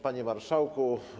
Panie Marszałku!